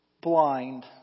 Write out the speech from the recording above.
Blind